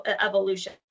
evolution